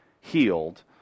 healed